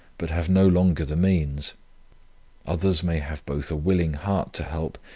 but have no longer the means others may have both a willing heart to help,